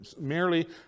merely